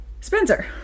Spencer